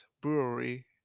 brewery